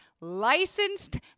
licensed